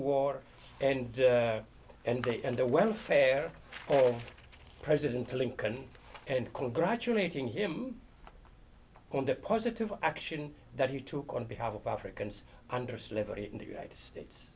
war and envy and the welfare of president lincoln and congratulating him on the positive action that he took on behalf of africans under slavery in the united states